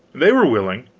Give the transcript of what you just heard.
they were willing.